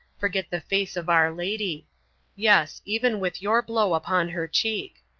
forget the face of our lady yes, even with your blow upon her cheek.